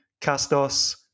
Castos